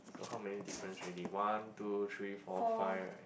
so how many difference already one two three four five right